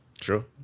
True